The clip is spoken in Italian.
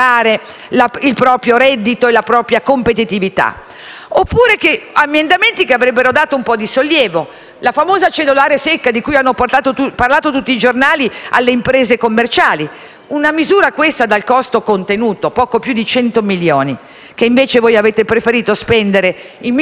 Oppure, emendamenti che avrebbero dato un po' di sollievo, come la famosa cedolare secca, di cui hanno parlato tutti i giornali, alle imprese commerciali. Una misura, questa, dal costo contenuto, poco più di cento milioni, che invece voi avete preferito spendere in microinterventi a pioggia, una pioggia che cadrà copiosa su manifestazioni